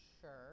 Sure